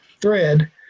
thread